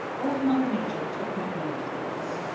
old mother nature took no notice of this.